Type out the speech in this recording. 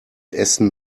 essen